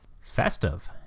festive